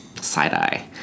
side-eye